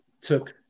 took